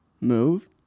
Move